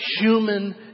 human